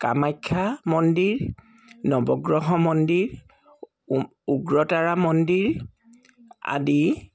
কামাখ্যা মন্দিৰ নৱগ্ৰহ মন্দিৰ উ উগ্ৰতাৰা মন্দিৰ আদি